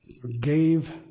forgave